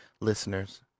listeners